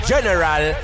General